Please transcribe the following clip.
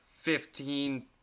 fifteen